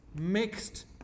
mixed